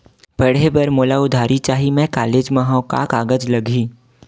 पढ़े बर मोला उधारी चाही मैं कॉलेज मा हव, का कागज लगही?